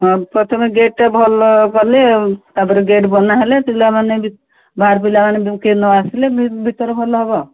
ହଁ ପ୍ରଥମେ ଗେଟ୍ଟା ଭଲ କଲେ ତାପରେ ଗେଟ୍ ବନାହେଲେ ପିଲାମାନେ ବାହାର ପିଲାମାନେ କିଏ ନ ଆସିଲେ ଭିତରେ ଭଲ ହେବ